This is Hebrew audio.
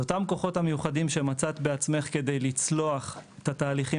אלה אותם כוחות מיוחדים שמצאת בעצמך כדי לצלוח את התהליכים